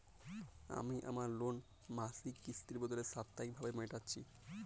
আমি আমার লোন মাসিক কিস্তির বদলে সাপ্তাহিক ভাবে মেটাচ্ছি